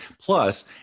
Plus